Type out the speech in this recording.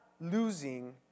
losing